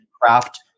craft